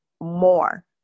more